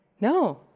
no